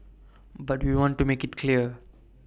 but we want to make IT clear